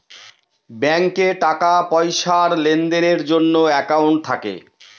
ব্যাঙ্কে টাকা পয়সার লেনদেনের জন্য একাউন্ট থাকে